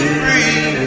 free